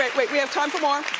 like wait, we have time for more.